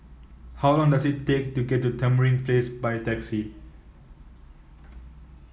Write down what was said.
how long does it take to get to Tamarind Place by taxi